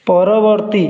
ପରବର୍ତ୍ତୀ